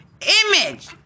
image